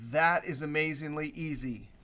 that is amazingly easy.